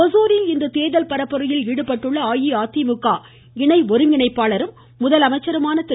ஓசூரில் இன்று தேர்தல் பரப்புரையில் ஈடுபட்டுள்ள அஇஅதிமுக இணை ஒருங்கிணைப்பாளரும் முதலமைச்சருமான திரு